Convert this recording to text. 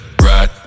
right